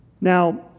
Now